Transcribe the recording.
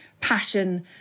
passion